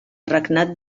regnat